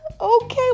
okay